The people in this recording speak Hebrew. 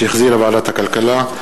שהחזירה ועדת הכלכלה,